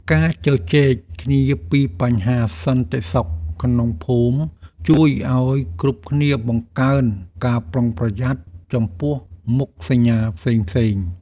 ការជជែកគ្នាពីបញ្ហាសន្តិសុខក្នុងភូមិជួយឱ្យគ្រប់គ្នាបង្កើនការប្រុងប្រយ័ត្នចំពោះមុខសញ្ញាផ្សេងៗ។